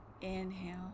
Inhale